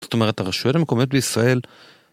זאת אומרת הרשויות המקומיות בישראל